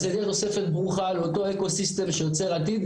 אז זה יהיה תוספת ברוכה לאותו אקו סיסטם שיוצר העתיד,